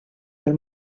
del